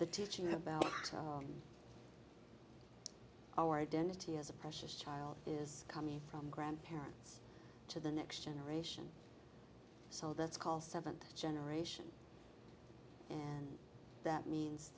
the teaching about our identity as a precious child is coming from grandparents to the next generation so that's called seventh generation and that means